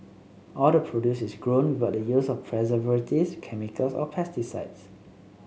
all the produce is grown with the use of preservatives chemicals or pesticides